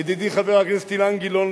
ידידי חבר הכנסת אילן גילאון,